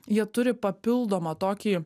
jie turi papildomą tokį